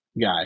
guy